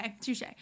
touche